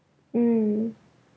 mm